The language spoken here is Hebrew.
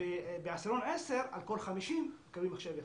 בעשירון 10 על כל 50 מקבלים מחשב אחד,